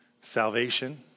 salvation